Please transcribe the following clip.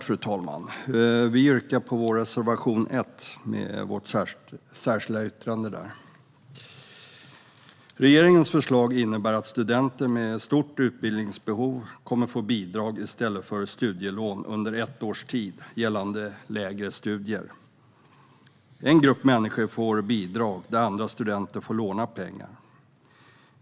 Fru talman! Vi yrkar bifall till reservation 1, med vårt särskilda yttrande. Regeringens förslag innebär att studenter med stort utbildningsbehov kommer att få bidrag i stället för studielån under ett års tid, gällande lägre studier. En grupp människor får bidrag, medan andra studenter får låna pengar.